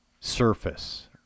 surface